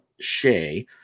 Shay